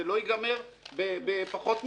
זה לא ייגמר בפחות מזה.